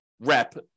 rep